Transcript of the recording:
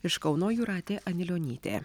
iš kauno jūratė anilionytė